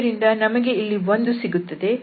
ಆದ್ದರಿಂದಲೇ ನಮಗೆ ಇಲ್ಲಿ 1 ಸಿಗುತ್ತದೆ